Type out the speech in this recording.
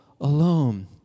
alone